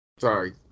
Sorry